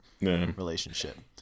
relationship